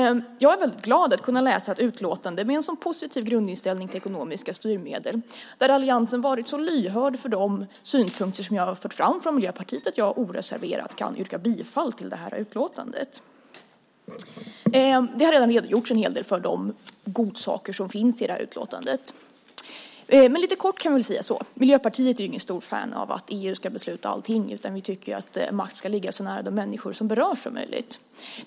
Jag är glad över att kunna läsa ett utlåtande med en så positiv grundinställning till ekonomiska styrmedel och där alliansen har varit så lyhörd för de synpunkter som jag har fört fram från Miljöpartiet. Jag kan därför oreserverat yrka bifall till utskottets förslag i utlåtandet. Det har redan redogjorts en hel del för de godsaker som finns i utlåtandet. Men lite kort kan vi säga så här: Miljöpartiet är ingen stor fan av att EU ska besluta allting. Vi tycker att makt ska ligga så nära de människor som berörs som möjligt.